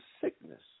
sickness